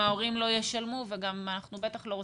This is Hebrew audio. הכוחות קיימים,